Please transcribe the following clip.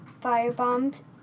firebombed